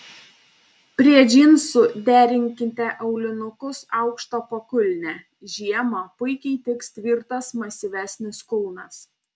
prie džinsų derinkite aulinukus aukšta pakulne žiemą puikiai tiks tvirtas masyvesnis kulnas